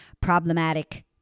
problematic